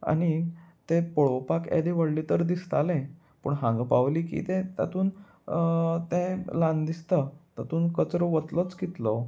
आनी तें पळोवपाक एदें व्हडली तर दिसतालें पूण हांगा पावली की तें तातून तें ल्हान दिसता तातंत कचरो वतलोच कितलो